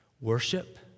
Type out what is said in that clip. worship